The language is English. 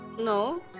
No